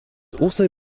also